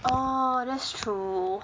orh that's true